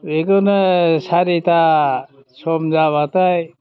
बेखौनो सारिथा सम जाबाथाय